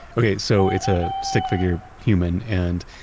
okay. so it's a stick figure human, and